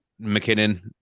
McKinnon